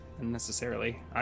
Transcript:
Unnecessarily